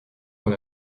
dans